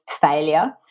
failure